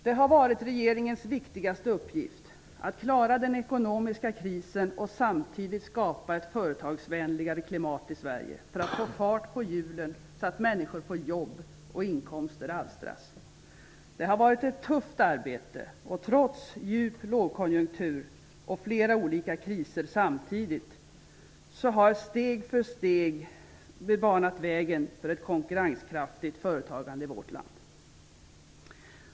Det har varit regeringens viktigaste uppgift -- att klara den ekonomiska krisen och samtidigt skapa ett företagsvänligare klimat i Sverige, för att få fart på hjulen, så att människor får jobb och inkomster alstras. Det har varit ett tufft arbete att, trots djup lågkonjunktur och flera olika kriser samtidigt, steg för steg bana vägen för ett konkurrenskraftigt företagande i vårt land.